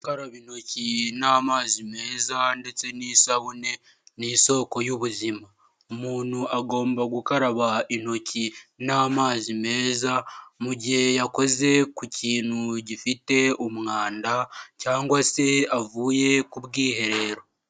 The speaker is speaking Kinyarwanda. Gukaraba n'amazi meza ndetse n'isabune nisoko y'ubuzima. umuntu agomba gukaraba intoki n'amazi meza mu gihe yakoze ku kintu gifite umwanda cyangwa se avuye ku bwiherero.